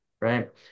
Right